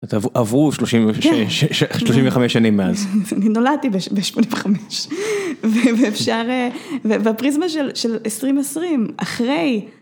עברו 35 שנים מאז, אני נולדתי ב-85 ובפריזמה של 2020 אחרי.